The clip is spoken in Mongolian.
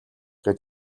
гээд